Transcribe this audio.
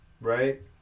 Right